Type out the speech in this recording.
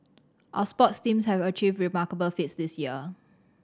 our sports teams have achieved remarkable feats this year